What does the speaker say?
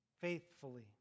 faithfully